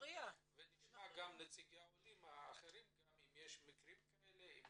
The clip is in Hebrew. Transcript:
נשמע גם מנציגי עולים אחרים אם הם